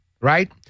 right